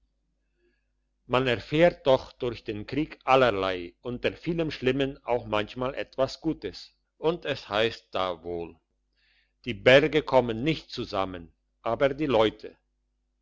man erfährt doch durch den krieg allerlei unter vielem schlimmen auch manchmal etwas gutes und es heisst da wohl die berge kommen nicht zusammen aber die leute